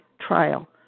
trial